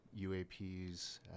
UAPs